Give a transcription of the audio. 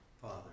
Father